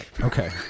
Okay